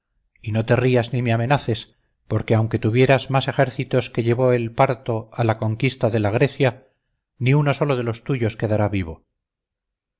y no te rías ni me amenaces porque aunque tuvieras más ejércitos que llevó el partho a la conquista de la grecia ni uno solo de los tuyos quedará vivo